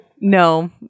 No